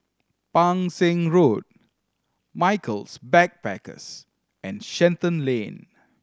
Pang Seng Road Michaels Backpackers and Shenton Lane